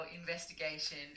investigation